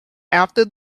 after